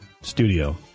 studio